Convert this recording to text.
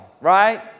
right